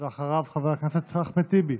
ואחריו, חבר הכנסת אחמד טיבי.